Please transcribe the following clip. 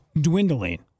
dwindling